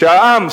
שהעם,